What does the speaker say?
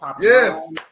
Yes